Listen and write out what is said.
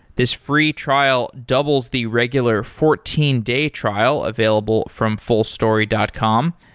this free trial doubles the regular fourteen day trial available from fullstory dot com.